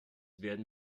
werden